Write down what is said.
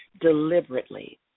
Deliberately